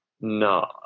No